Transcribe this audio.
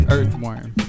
Earthworm